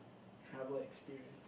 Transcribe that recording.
travel experience